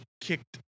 kicked